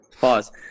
Pause